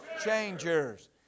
changers